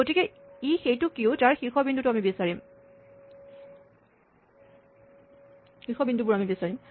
গতিকে ই সেইটো কিউ যাৰ শীৰ্ষবিন্দুবোৰ আমি বিচাৰিম